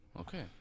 Okay